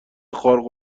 خارق